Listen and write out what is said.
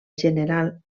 general